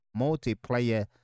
multiplayer